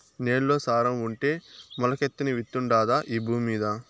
నేల్లో సారం ఉంటే మొలకెత్తని విత్తుండాదా ఈ భూమ్మీద